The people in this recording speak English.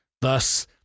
Thus